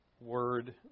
word